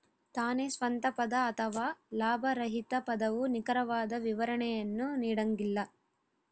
ತಾನೇ ಸ್ವಂತ ಪದ ಅಥವಾ ಲಾಭರಹಿತ ಪದವು ನಿಖರವಾದ ವಿವರಣೆಯನ್ನು ನೀಡಂಗಿಲ್ಲ